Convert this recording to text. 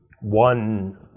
one